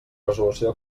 resolució